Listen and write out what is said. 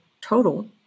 total